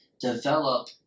develop